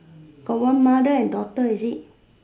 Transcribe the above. got one mother and daughter is it